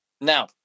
Now